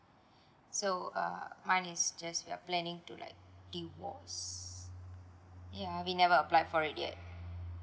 so uh mine is just we are planning to like divorce ya we never apply for it yet